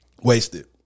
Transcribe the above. wasted